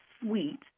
sweet